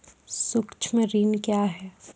सुक्ष्म ऋण क्या हैं?